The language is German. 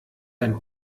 ein